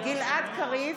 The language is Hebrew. גלעד קריב,